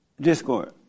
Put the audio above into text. Discord